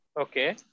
okay